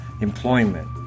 employment